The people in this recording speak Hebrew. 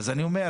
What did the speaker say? אז אני אומר,